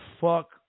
fuck